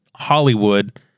Hollywood